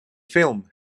film